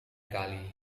kali